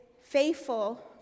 faithful